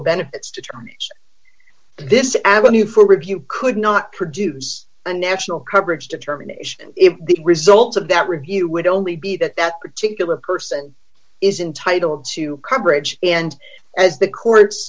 benefits determines this avenue for review could not produce a national coverage determination if the results of that review would only be that that particular person is entitled to coverage and as the